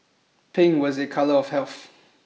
pink was a color of health